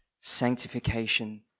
sanctification